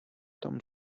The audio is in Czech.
tam